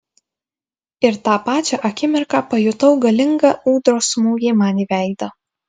ir tą pačią akimirką pajutau galingą ūdros smūgį man į veidą